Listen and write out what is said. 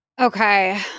Okay